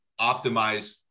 optimize